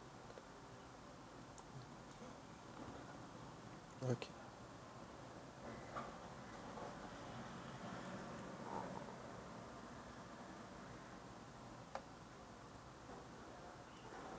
okay